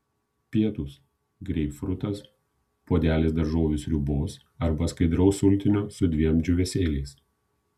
pietūs greipfrutas puodelis daržovių sriubos arba skaidraus sultinio su dviem džiūvėsėliais